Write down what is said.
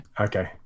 okay